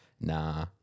Nah